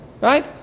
Right